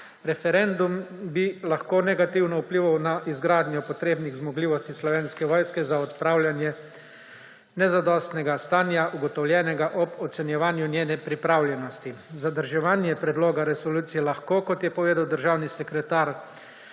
Referendum bi lahko negativno vplival na izgradnjo potrebnih zmogljivosti Slovenske vojske za odpravljanje nezadostnega stanja, ugotovljenega ob ocenjevanju njene pripravljenosti. Zadrževanje predloga resolucije lahko, kot je povedal državni sekretar,